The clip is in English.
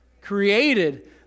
Created